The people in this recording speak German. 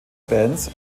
bands